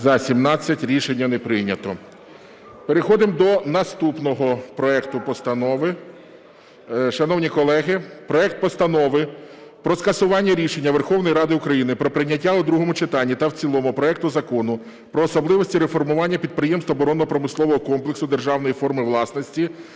За-17 Рішення не прийнято. Переходимо до наступного проекту постанови. Шановні колеги, проект Постанови про скасування рішення Верховної Ради України про прийняття у другому читанні та в цілому проекту Закону "Про особливості реформування підприємств оборонно-промислового комплексу державної форми власності"